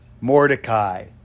Mordecai